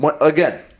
again